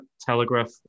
Telegraph